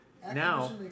Now